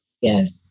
Yes